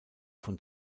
von